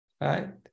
right